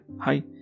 hi